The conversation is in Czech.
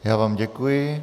Já vám děkuji.